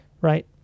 right